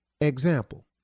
Example